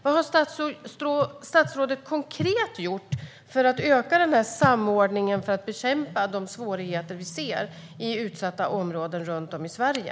Vad har statsrådet konkret gjort för att öka samordningen och för att bekämpa de svårigheter vi ser i utsatta områden runt om i Sverige?